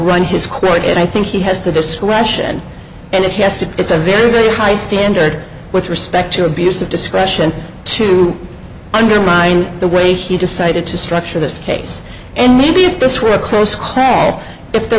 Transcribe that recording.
run his quote and i think he has the discretion and he has to it's a very very high standard with respect to abuse of discretion to undermine the way he decided to structure this case and maybe if this were a close class if there